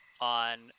on